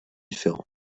différents